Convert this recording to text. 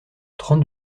trente